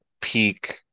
peak